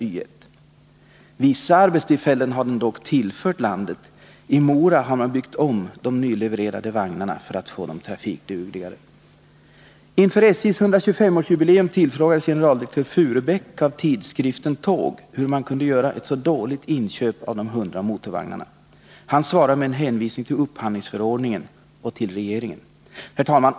Y 1. Vissa arbetstillfällen har dock vagnen tillfört landet. I Mora har man byggt om de nylevererade vagnarna för att få dem trafikdugligare. Inför SJ:s 125-årsjubileum tillfrågades generaldirektör Furbäck av tidskriften Tåg hur man kunde göra ett så dåligt inköp av 100 motorvagnar. Han svarade med en hänvisning till upphandlingsförordningen och till regeringen. Herr talman!